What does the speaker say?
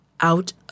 out